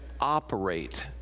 operate